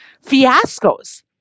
fiascos